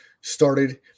started